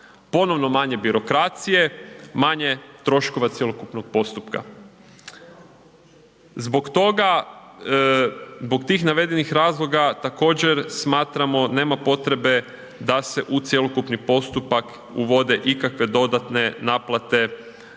Ponovno manje birokracije, manje troškova cjelokupnog postupka. Zbog toga, zbog tih navedenih razloga, također smatramo, nema potrebe da se u cjelokupni postupak uvode ikakve dodatne naplate